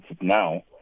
now